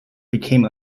became